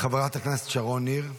חברת הכנסת שרון ניר,